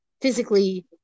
physically